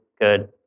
good